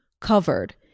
covered